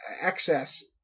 excess –